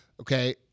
Okay